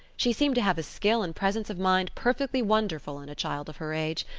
she seems to have a skill and presence of mind perfectly wonderful in a child of her age.